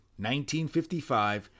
1955